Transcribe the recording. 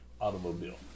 automobile